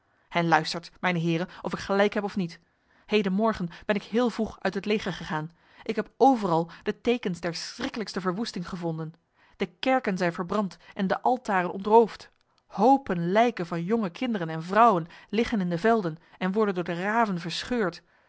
en luistert mijne heren of ik gelijk heb of niet heden morgen ben ik heel vroeg uit het leger gegaan ik heb overal de tekens der schrikkelijkste verwoesting gevonden de kerken zijn verbrand en de altaren ontroofd hopen lijken van jonge kinderen en vrouwen liggen in de velden en worden door de raven verscheurd